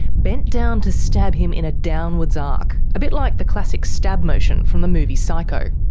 bent down to stab him in a downwards arc, a bit like the classic stab motion from the movie psycho.